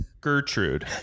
Gertrude